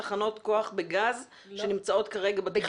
תחנות כוח בגז שנמצאות כרגע בתכנון.